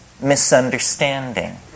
misunderstanding